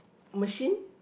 machine